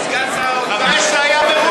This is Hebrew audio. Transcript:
סגן שר האוצר, חמש, היה ברוסיה.